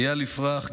אייל יפרח,